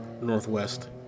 northwest